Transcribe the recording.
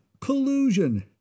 Collusion